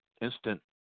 instant